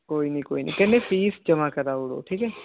कोई निं कोई निं कन्नै फीस जमां कराई ओड़ो ठीक ऐ